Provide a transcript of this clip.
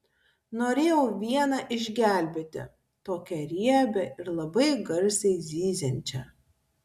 norėjau vieną išgelbėti tokią riebią ir labai garsiai zyziančią